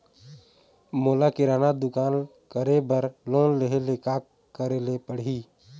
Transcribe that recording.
मोला किराना दुकान करे बर लोन लेहेले का करेले पड़ही?